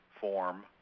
form